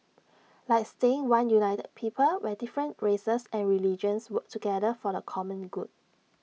like staying one united people where different races and religions work together for the common good